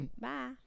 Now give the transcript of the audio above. Bye